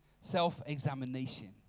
self-examination